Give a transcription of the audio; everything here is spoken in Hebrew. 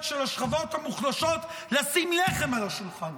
של השכבות המוחלשות לשים לחם על השולחן,